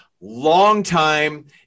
longtime